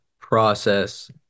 process